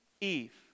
Eve